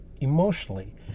emotionally